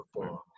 perform